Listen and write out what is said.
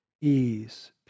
ease